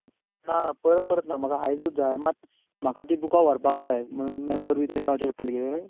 ना ना परत परत न्हू म्हाका आयजूच जाय म्हाका तीं बुकां व्हरपाक जाय म्हणून मॅमबर बी थंय जावचो पडटलो